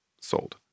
sold